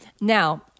Now